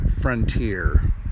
frontier